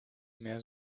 mehr